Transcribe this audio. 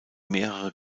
mehrere